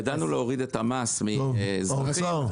האוצר,